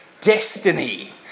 destiny